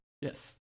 Yes